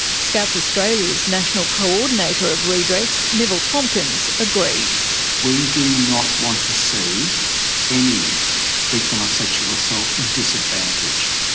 scouts australia's national coordinator of redress, neville tomkins, agreed. we do not want to see any victim of sexual assault disadvantaged,